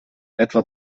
etwa